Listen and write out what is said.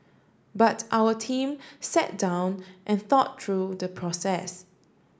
but our team sat down and thought through the process